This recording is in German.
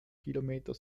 kilometer